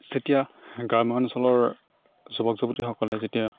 যেতিয়া গ্ৰামাঞ্চলৰ যুৱক যুৱতীসকলে যেতিয়া